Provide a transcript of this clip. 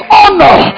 honor